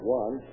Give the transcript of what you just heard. one